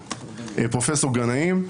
פרופ' גנאים,